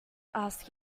ask